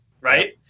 right